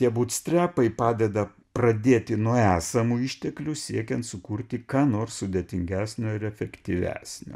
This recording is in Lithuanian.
tie būtstrepai padeda pradėti nuo esamų išteklių siekiant sukurti ką nors sudėtingesnio ir efektyvesnio